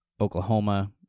Oklahoma